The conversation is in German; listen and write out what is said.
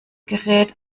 gerät